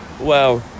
Wow